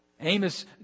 Amos